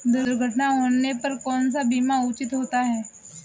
दुर्घटना होने पर कौन सा बीमा उचित होता है?